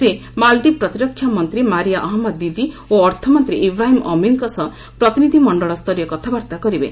ସେ ମାଳଦ୍ୱୀପ ପ୍ରତିରକ୍ଷା ମନ୍ତ୍ରୀ ମାରିୟା ଅହମ୍ମଦ ଦିଦି ଓ ଅର୍ଥମନ୍ତ୍ରୀ ଇବ୍ରାହିମ୍ ଅମିର୍କ ସହ ପ୍ରତିନିଧ୍ୟମଣ୍ଡଳ ସ୍ତରୀୟ କଥାବାର୍ତ୍ତା କରିବେ